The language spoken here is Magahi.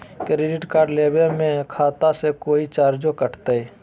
क्रेडिट कार्ड लेवे में खाता से कोई चार्जो कटतई?